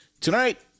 Tonight